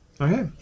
okay